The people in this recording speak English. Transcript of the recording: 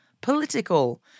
political